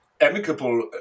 amicable